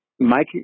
Mike